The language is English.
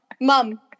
Mom